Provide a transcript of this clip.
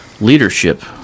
leadership